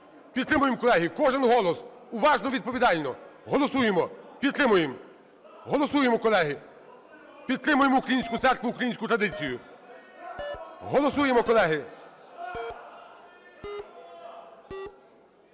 Підтримуємо, колеги. Кожен голос, уважно, відповідально. Голосуємо, підтримуємо. Голосуємо, колеги. Підтримаємо українську церкву, українську традицію. Голосуємо, колеги.